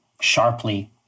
sharply